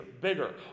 bigger